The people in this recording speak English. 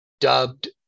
dubbed